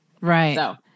Right